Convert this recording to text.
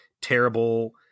terrible